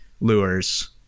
lures